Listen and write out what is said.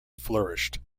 flourished